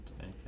Okay